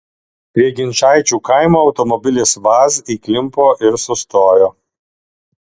prie ginčaičių kaimo automobilis vaz įklimpo ir sustojo